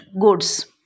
goods